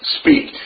speak